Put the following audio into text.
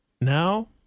Now